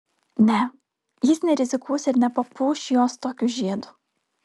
ne jis nerizikuos ir nepapuoš jos tokiu žiedu